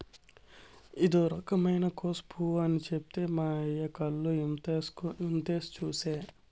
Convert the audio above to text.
ఇదో రకమైన కోసు పువ్వు అని చెప్తే మా అయ్య కళ్ళు ఇంత చేసి చూసే